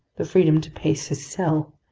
the freedom to pace his cell!